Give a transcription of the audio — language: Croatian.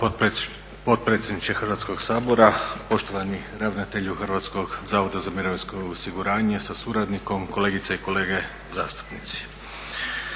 potpredsjedniče Hrvatskog sabora, poštovani ravnatelju Hrvatskog zavoda za mirovinsko osiguranje sa suradnikom, kolegice i kolege zastupnici.